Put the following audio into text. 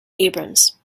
abrams